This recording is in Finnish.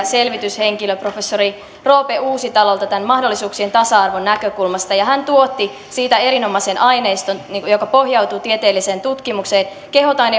selvityshenkilö professori roope uusitalolta tämän mahdollisuuksien tasa arvon näkökulmasta hän tuotti siitä erinomaisen aineiston joka pohjautuu tieteelliseen tutkimukseen kehotan